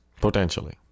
Potentially